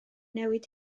newid